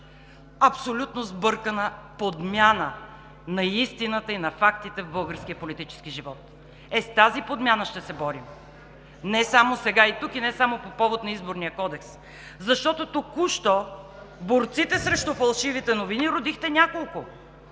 абсолютно сбъркана подмяна на истината и на фактите в българския политически живот! Е, с тази подмяна ще се борим, не само сега и тук, и не само по повод на Изборния кодекс, защото току-що борците срещу фалшивите новини родихте няколко.